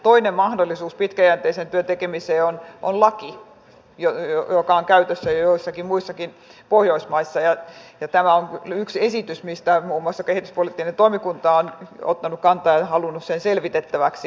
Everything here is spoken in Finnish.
toinen mahdollisuus pitkäjänteisen työn tekemiseen on laki joka on käytössä jo joissakin muissa pohjoismaissa ja tämä on yksi esitys mihin muun muassa kehityspoliittinen toimikunta on ottanut kantaa ja halunnut sen selvitettäväksi